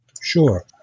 Sure